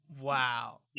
wow